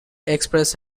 express